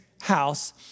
house